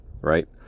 right